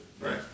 right